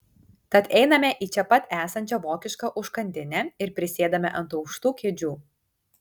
tad einame į čia pat esančią vokišką užkandinę ir prisėdame ant aukštų kėdžių